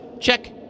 check